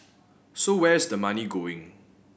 so where is the money going